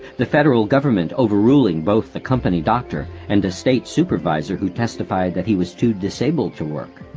the federal government overruling both the company doctor and a state supervisor who testified that he was too disabled to work.